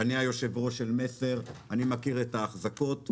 אני היושב-ראש של "מסר", אני מכיר את ההחזקות.